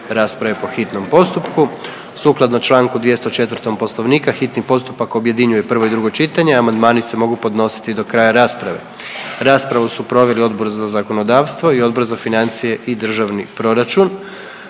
rasprave po hitnom postupku. Sukladno čl. 204. Poslovnika hitni postupak objedinjuje prvo i drugo čitanje, a amandmani se mogu podnositi do kraja rasprave. Raspravu su proveli Odbor za zakonodavstvo i Odbor za financije i državni proračun.